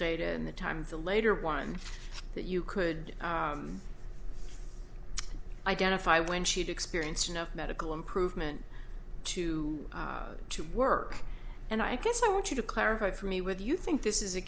data and the time the later one that you could identify when she'd experienced enough medical improvement to go to work and i guess i want you to clarify for me would you think this is a